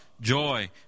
joy